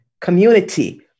community